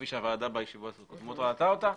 כפי שהוועדה בישיבות הקודמות ראתה אותה,